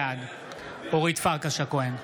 בעד אורית פרקש הכהן,